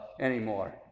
anymore